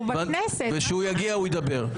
וכשהוא יגיע הוא ידבר.